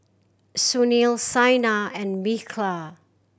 Sunil Saina and Milkha